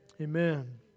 Amen